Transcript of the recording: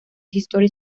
history